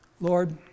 Lord